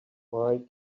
why